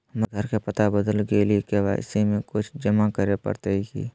हमर घर के पता बदल गेलई हई, के.वाई.सी में कुछ जमा करे पड़तई की?